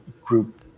group